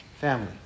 family